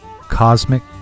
Cosmic